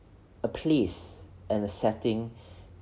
a place and a setting